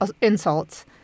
insults